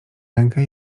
rękę